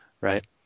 right